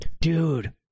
Dude